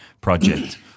project